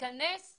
ולהתכנס למתווה.